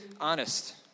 honest